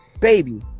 baby